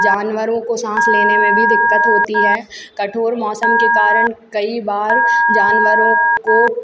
जानवरों को साँस लेने में भी दिक्कत होती है कठोर मौसम के कारण कई बार जानवरों को